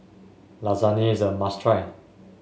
Lasagne is a must try